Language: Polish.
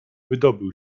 wydobył